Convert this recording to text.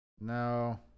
No